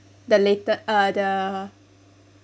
the later uh the